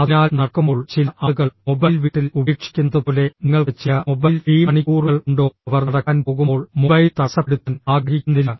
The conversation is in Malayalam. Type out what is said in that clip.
അതിനാൽ നടക്കുമ്പോൾ ചില ആളുകൾ മൊബൈൽ വീട്ടിൽ ഉപേക്ഷിക്കുന്നത് പോലെ നിങ്ങൾക്ക് ചില മൊബൈൽ ഫ്രീ മണിക്കൂറുകൾ ഉണ്ടോ അവർ നടക്കാൻ പോകുമ്പോൾ മൊബൈൽ തടസ്സപ്പെടുത്താൻ ആഗ്രഹിക്കുന്നില്ല